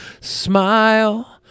smile